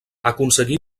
aconseguí